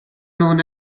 known